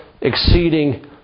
exceeding